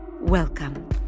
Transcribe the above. welcome